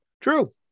True